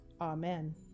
Amen